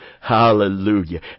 Hallelujah